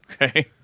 Okay